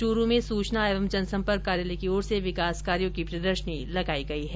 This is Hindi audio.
चूरू में सूचना एवं जनसम्पर्क कार्यालय की ओर से विकास कार्यों की प्रदर्शनी लगाई है